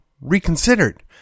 reconsidered